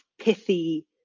pithy